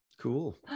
cool